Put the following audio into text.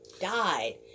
died